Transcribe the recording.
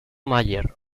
mayer